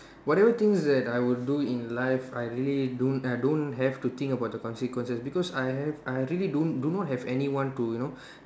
whatever things that I would do in life I really don't I don't have to think about the consequences because I have I really don't do not have anyone to you know